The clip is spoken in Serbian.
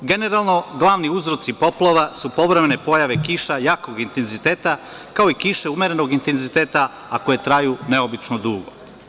Generalno, glavni uzroci poplava su povremene pojave kiša jakog intenziteta, kao i kiše umerenog intenziteta, a koje traju neobično dugo.